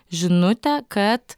žinutė kad